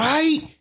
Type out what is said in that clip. Right